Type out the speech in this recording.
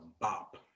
bop